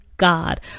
God